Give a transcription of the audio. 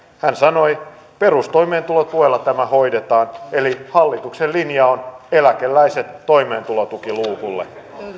hän sanoi että perustoimeentulotuella tämä hoidetaan eli hallituksen linja on eläkeläiset toimeentulotukiluukulle